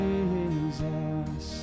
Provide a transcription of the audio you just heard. Jesus